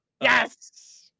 Yes